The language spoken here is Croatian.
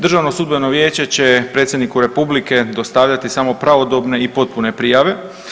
Državno sudbeno vijeće će Predsjedniku Republike dostavljati samo pravodobne i potpune prijave.